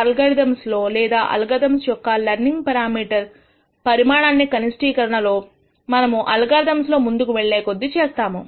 algorithms లో లేదా algorithms యొక్క లెర్నింగ్ పెరామీటర్ పరిమాణాన్ని కనిష్టీకరణ మనము అల్గోరిథమ్ లో ముందుకు వెళ్లే కొద్దీ చేస్తాము